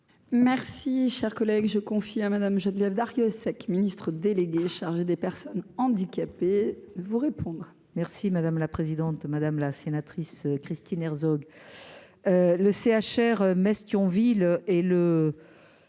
Merci, chers collègues, je confie à Madame Geneviève Darrieussecq, ministre déléguée chargée des Personnes handicapées vous répondre. Merci madame la présidente, madame la sénatrice Christine Herzog